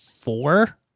four